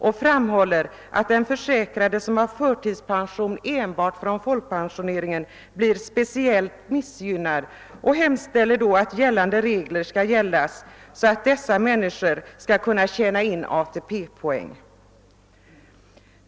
De framhåller att försäkrade med förtidspension enbart från folkpensioneringen blir speciellt missgynnade och hemställer att gällande regler skall ändras, så att personer som uppbär partiell förtidspension skall kunna tjäna in ATP-poäng.